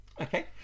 Okay